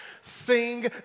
sing